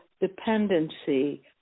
dependency